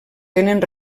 tenen